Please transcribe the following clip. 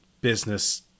business